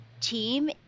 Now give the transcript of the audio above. team